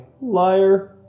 Liar